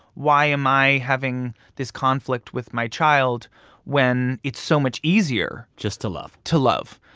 why am i having this conflict with my child when it's so much easier. just to love. to love?